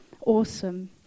awesome